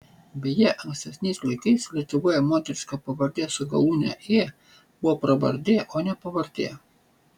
beje ankstesniais laikais lietuvoje moteriška pavardė su galūne ė buvo pravardė o ne pavardė